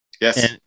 yes